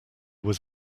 was